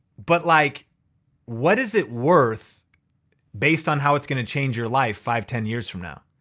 but like what is it worth based on how it's gonna change your life five, ten years from now?